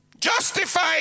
justified